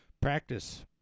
practice